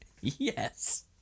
yes